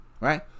right